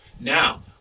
Now